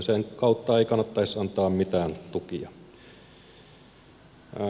sen kautta ei kannattaisi antaa mitään tukia